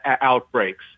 outbreaks